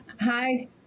Hi